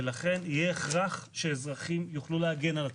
ולכן יהיה הכרח שאזרחים יוכלו להגן על עצמם.